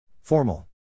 formal